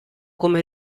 come